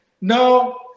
no